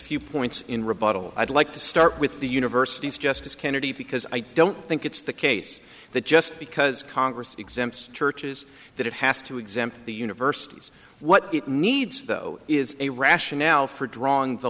few points in rebuttal i'd like to start with the university's justice kennedy because i don't think it's the case that just because congress exempts churches that it has to exempt the universities what it needs though is a rationale for drawing the